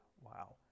Wow